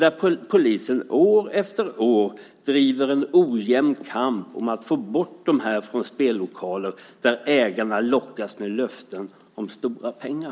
År efter år bedriver polisen en ojämn kamp för att få bort dessa från spellokaler där ägarna lockas med löften om stora pengar.